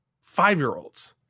five-year-olds